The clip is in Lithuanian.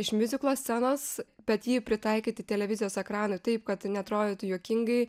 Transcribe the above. iš miuziklo scenos bet jį pritaikyti televizijos ekranui taip kad neatrodytų juokingai